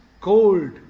cold